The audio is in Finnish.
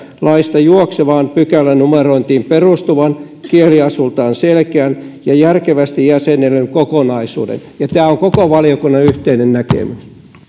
laista juoksevaan pykälänumerointiin perustuvan kieliasultaan selkeän ja järkevästi jäsennellyn kokonaisuuden tämä on koko valiokunnan yhteinen näkemys